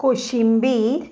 koshimbir